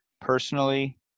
personally